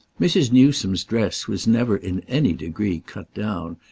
mrs. newsome's dress was never in any degree cut down,